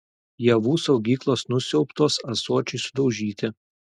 javų saugyklos nusiaubtos ąsočiai sudaužyti